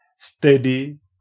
steady